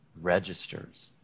registers